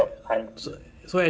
it's like